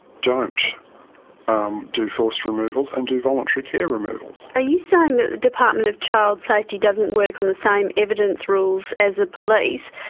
don't um do forced removals and do voluntary care removals. are you saying that the department of child safety doesn't work on the same evidence rules as the police,